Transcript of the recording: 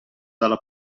dalla